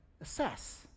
assess